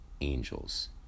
angels